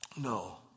No